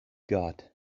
got